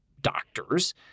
doctors